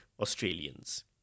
Australians